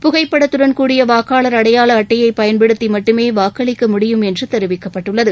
புகைப்படத்துடன் கூடிய வாக்காளர் அடையாள அட்டையை பயன்படுத்தி மட்டுமே வாக்களிக்க முடியும் என்று தெரிவிக்கப்பட்டுள்ளது